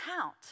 count